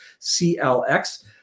CLX